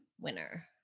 winner